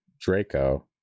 Draco